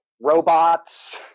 robots